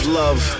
love